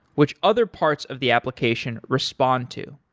which other parts of the application respond to.